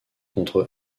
contre